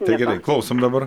tai gerai klausom dabar